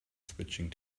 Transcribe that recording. switching